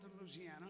Louisiana